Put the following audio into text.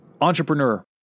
entrepreneur